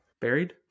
Buried